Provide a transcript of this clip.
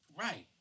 Right